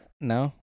No